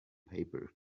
paper